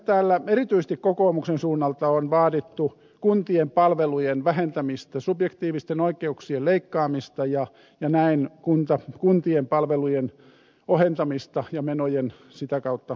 täällä erityisesti kokoomuksen suunnalta on vaadittu kuntien palvelujen vähentämistä subjektiivisten oikeuksien leikkaamista ja näin kuntien palvelujen ohentamista ja menojen sitä kautta säästämistä